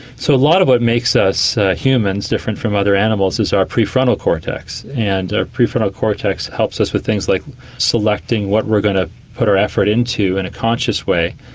so a lot of what makes us humans different from other animals is our prefrontal cortex, and our prefrontal cortex helps us with things like selecting what we're going to put our effort into in a conscious way,